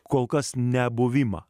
kol kas nebuvimą